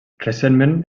recentment